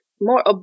more